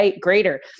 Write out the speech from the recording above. greater